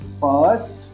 first